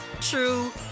true